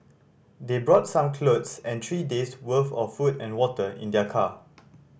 they brought some clothes and three days' worth of food and water in their car